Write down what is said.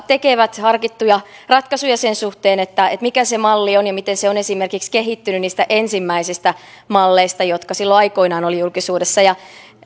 tekevät harkittuja ratkaisuja sen suhteen mikä se malli on ja esimerkiksi miten se on kehittynyt niistä ensimmäisistä malleista jotka silloin aikoinaan olivat julkisuudessa ja